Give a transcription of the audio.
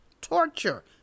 torture